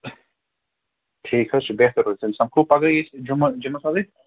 ٹھیٖک حظ چھُ بہتر حظ تیٚلہِ سَمکھو پَگاہ أسۍ جُم جِمس منٛزٕے